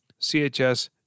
CHS